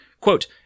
Quote